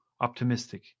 optimistic